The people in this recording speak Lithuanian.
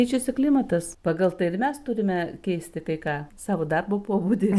keičiasi klimatas pagal tai ir mes turime keisti kai ką savo darbo pobūdį